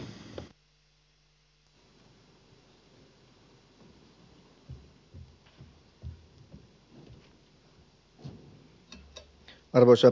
arvoisa puhemies